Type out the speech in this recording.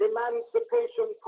Emancipation